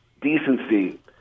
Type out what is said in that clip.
Decency